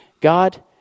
God